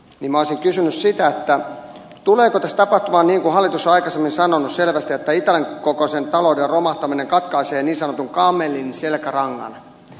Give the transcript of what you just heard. tuleeko tässä tapahtumaan niin kuin hallitus on aikaisemmin sanonut selvästi että italian kokoisen talouden romahtaminen niin sanotusti katkaisee kamelin selkärangan